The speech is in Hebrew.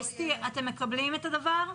אסתי, אתם מקבלים את הדבר?